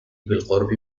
بالقرب